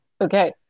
Okay